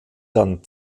dann